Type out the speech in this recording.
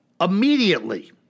Immediately